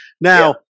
Now